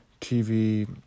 TV